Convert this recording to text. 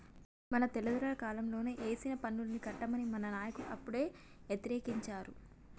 మన తెల్లదొరల కాలంలోనే ఏసిన పన్నుల్ని కట్టమని మన నాయకులు అప్పుడే యతిరేకించారు